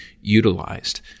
utilized